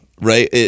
right